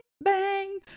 bang